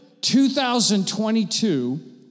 2022